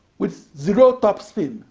with zero top spin,